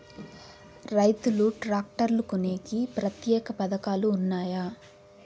రైతులు ట్రాక్టర్లు కొనేకి ప్రత్యేక పథకాలు ఉన్నాయా?